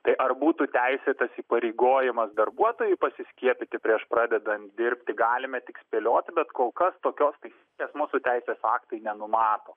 tai ar būtų teisėtas įsipareigojimas darbuotojui pasiskiepyti prieš pradedant dirbti galime tik spėlioti bet kol kas tokios taisyklėsmūsų teisės aktai nenumato